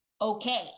okay